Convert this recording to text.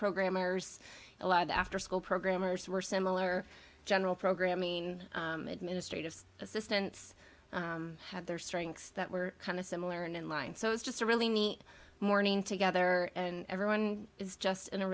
programmers a lot of the after school programmers were similar general program mean administrative assistants had their strengths that were kind of similar and in line so it's just a really neat morning together and everyone is just in a